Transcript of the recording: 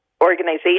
organization